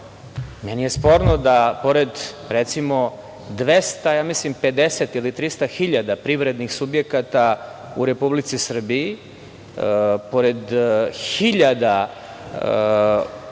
je sporno da pored, recimo, 250 ili 300 hiljada privrednih subjekata u Republici Srbiji, pored hiljada